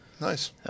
Nice